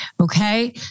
Okay